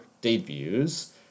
debuts